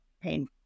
pain